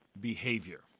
behavior